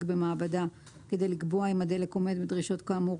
במעבדה כדי לקבוע אם הדלק עומד בדרישות כאמור